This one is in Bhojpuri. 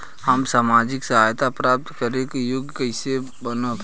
हम सामाजिक सहायता प्राप्त करे के योग्य कइसे बनब?